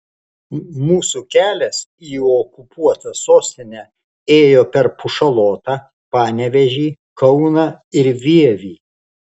mūsų kelias į okupuotą sostinę ėjo per pušalotą panevėžį kauną ir vievį